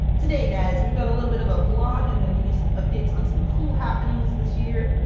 today guys, we've got a little bit of a vlog. i'm gonna give you some updates on some cool happenings this year,